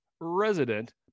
resident